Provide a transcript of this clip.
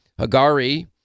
Hagari